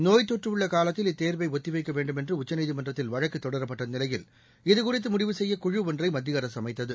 நோய்த் தொற்று உள்ள காலத்தில் இத்தேர்வை ஒத்தி வைக்க வேண்டுமென்று உச்சநீதிமன்றத்தில் வழக்கு தொடரப்பட்ட நிலையில் இதுகுறித்து முடிவு செய்ய குழு ஒன்றை மத்திய அரசு அமைத்தது